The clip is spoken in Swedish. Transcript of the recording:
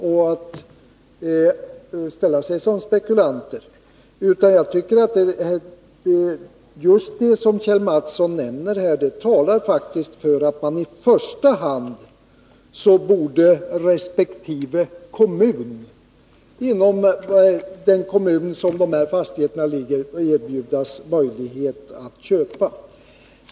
I stället borde i första hand den kommun där fastigheterna ligger erbjudas möjlighet att köpa.